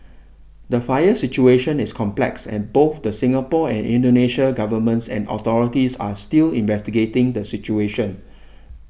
the fire situation is complex and both the Singapore and Indonesia governments and authorities are still investigating the situation